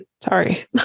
Sorry